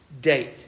date